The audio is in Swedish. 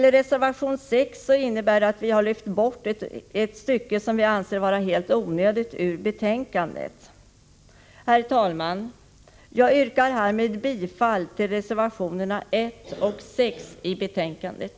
Reservation 6 innebär att vi har lyft bort ett stycke ur betänkandet som vi anser vara helt onödigt. Herr talman! Jag yrkar härmed bifall till reservationerna 1 och 6 till betänkandet.